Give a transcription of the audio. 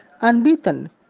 unbeaten